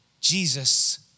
Jesus